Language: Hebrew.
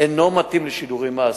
אינו מתאים לשידור לאסירים.